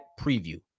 preview